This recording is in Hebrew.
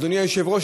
אדוני היושב-ראש,